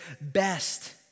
best